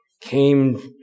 came